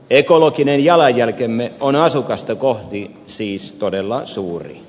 ekologinen jalanjälkemme on asukasta kohti siis todella suuri